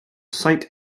sight